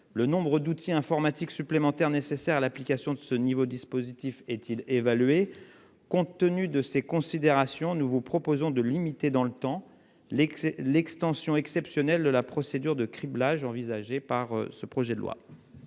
le nombre d'outils informatiques supplémentaires nécessaires à l'application de ce niveau dispositif est-il évaluer, compte tenu de ces considérations, nous vous proposons de limiter dans le temps. L'ex et l'extension exceptionnelle de la procédure de criblage envisagée par ce projet de loi.